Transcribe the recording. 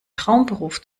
traumberuf